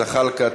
ג'מאל זחאלקה,